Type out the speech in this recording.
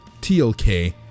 TLK